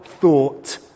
thought